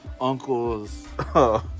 Uncles